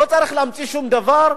לא צריך להמציא שום דבר,